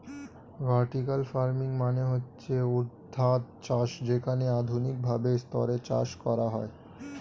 vertical farming মানে হচ্ছে ঊর্ধ্বাধ চাষ যেখানে আধুনিক ভাবে স্তরে চাষ করা হয়